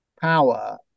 power